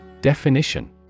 Definition